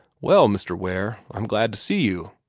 well, mr. ware, i'm glad to see you,